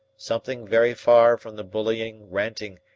something very far from the bullying, ranting,